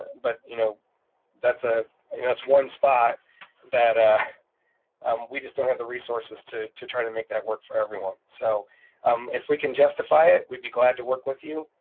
but you know that's ah and that's one spot that ah um we just don't have the resources to to try to make that work for everyone. so um if we can justify it, we'd be glad to work with you,